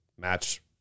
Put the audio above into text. match